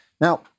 Now